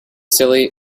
silly